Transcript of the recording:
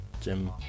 Jim